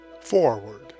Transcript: Forward